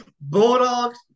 Bulldogs